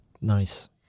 Nice